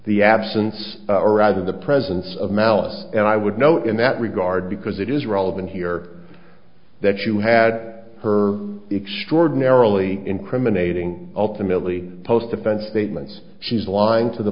the absence or rather the presence of malice and i would know in that regard because it is relevant here that you had her extraordinarily incriminating ultimately post defense statements she's lying to the